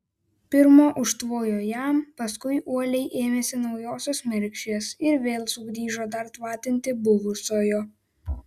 pirma užtvojo jam paskui uoliai ėmėsi naujosios mergšės ir vėl sugrįžo dar tvatinti buvusiojo